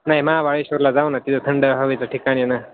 नाही महाबळेश्वरला जाऊ न तिथं थंड हवेचं ठिकाण आहे ना